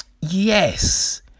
yes